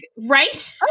right